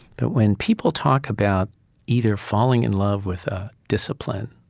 but when people talk about either falling in love with a discipline,